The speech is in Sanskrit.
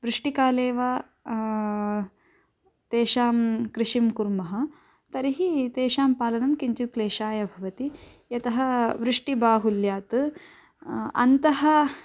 वृष्टिकाले वा तेषां कृषिं कुर्मः तर्हि तेषां पालनं किञ्चित् क्लेशाय भवति यतः वृष्टिबाहुल्यात् अन्तः